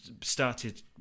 started